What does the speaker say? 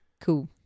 Cool